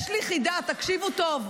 יש לי חידה, תקשיבי טוב.